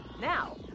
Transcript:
Now